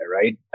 right